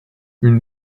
une